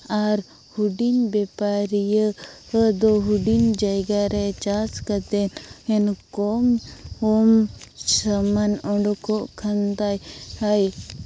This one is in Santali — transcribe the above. ᱟᱨ ᱦᱩᱰᱤᱧ ᱵᱮᱯᱟᱨᱤᱭᱟᱹ ᱫᱚ ᱦᱩᱰᱤᱧ ᱡᱟᱭᱜᱟ ᱨᱮ ᱪᱟᱥ ᱠᱟᱛᱮᱫ ᱠᱚᱢ ᱠᱚᱢ ᱥᱟᱢᱟᱱ ᱚᱰᱳᱠᱚᱜ ᱠᱷᱟᱱ ᱛᱟᱭ